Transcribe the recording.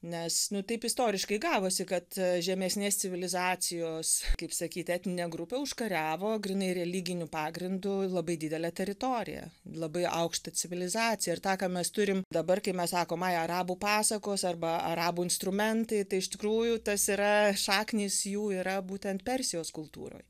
nes nu taip istoriškai gavosi kad žemesnės civilizacijos kaip sakyt etninė grupė užkariavo grynai religiniu pagrindu labai didelę teritoriją labai aukštą civilizaciją ir tą ką mes turim dabar kai mes sakom ai arabų pasakos arba arabų instrumentai tai iš tikrųjų tas yra šaknys jų yra būtent persijos kultūroj